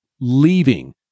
leaving